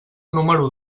número